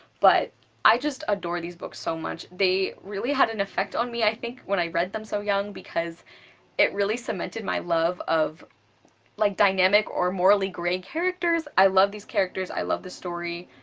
but i just adore these books so much they really had an effect on me i think when i read them so young because it really cemented my love of like dynamic or morally grey characters. i love these characters, i love this story,